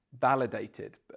validated